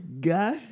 god